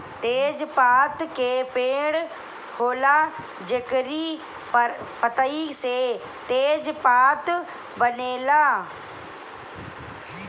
तेजपात के पेड़ होला जेकरी पतइ से तेजपात बनेला